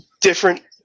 different